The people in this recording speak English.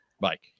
Mike